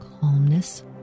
calmness